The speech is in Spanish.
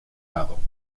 lado